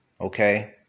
okay